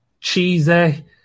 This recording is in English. cheesy